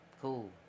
Cool